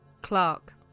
Clark